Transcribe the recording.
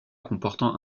comportant